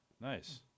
Nice